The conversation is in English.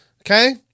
Okay